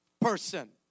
person